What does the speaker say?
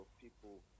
people